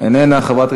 אינה נוכחת,